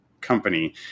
company